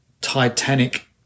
Titanic